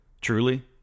Truly